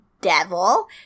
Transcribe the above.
devil